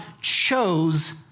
chose